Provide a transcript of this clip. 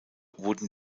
wurden